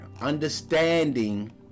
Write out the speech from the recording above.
Understanding